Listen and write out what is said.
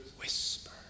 whisper